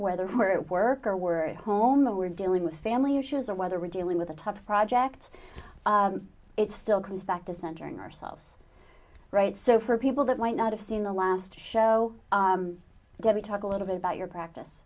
whether where it work or were it home and we're dealing with family issues or whether we're dealing with a tough project it still comes back to centering ourselves right so for people that might not have seen the last show get we talk a little bit about your practice